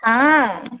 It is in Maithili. हँ